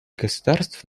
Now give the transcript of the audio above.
государств